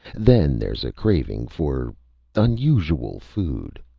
then there's a craving for unusual food.